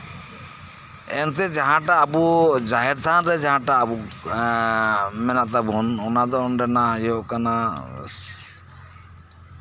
ᱮᱱᱛᱮᱜ ᱡᱟᱦᱟᱸᱴᱟᱜ ᱟᱵᱚ ᱡᱟᱦᱮᱨ ᱛᱷᱟᱱᱨᱮ ᱡᱟᱸᱦᱟᱴᱟᱜ ᱮᱜ ᱢᱮᱱᱟᱜ ᱛᱟᱵᱳᱱ ᱚᱱᱟ ᱫᱚ ᱚᱱᱰᱮᱱᱟᱜ ᱦᱳᱭᱳᱜ ᱠᱟᱱᱟ